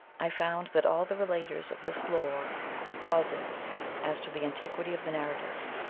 i found that all the relaters of this lore were positive as to the an tiquity of the narratives,